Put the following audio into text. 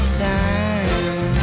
time